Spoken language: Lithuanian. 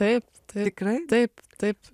taip tikrai taip taip